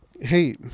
Hey